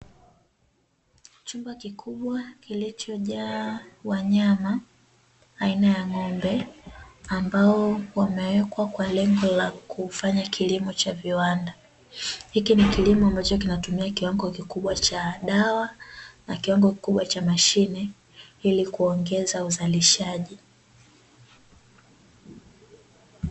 Chumba kikubwa kilichojaa wanyama aina ya ng'ombe, ambao wamewekwa kwa lengo la kuufanya kilimo cha viwanda, hiki ni kilimo ambacho kinatumia kiwango kikubwa cha dawa na kiwango kikubwa cha mashine ili kuongeza uzalishaji.